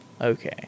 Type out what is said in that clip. Okay